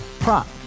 Prop